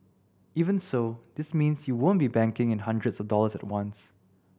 even so this means you won't be banking in hundreds of dollars at once